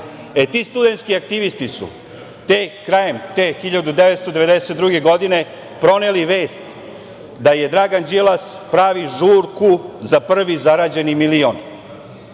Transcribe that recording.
E, ti studentski aktivisti su krajem te 1992. godine proneli vest da Dragan Đilas pravi žurku za prvi zarađeni milion. Znači,